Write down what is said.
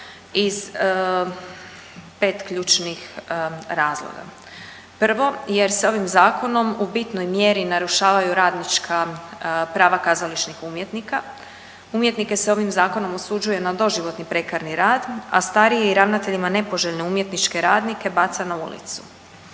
iz pet ključnih razloga. Prvo, jer se ovim zakonom u bitnoj mjeri narušavaju radnička prava kazališnih umjetnika. Umjetnike se ovim zakonom osuđuje na doživotni prekarni rad, a stariji i ravnateljima nepoželjne umjetničke radnike baca na ulicu.